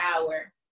hour